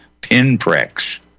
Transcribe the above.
pinpricks